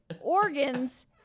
organs